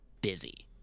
busy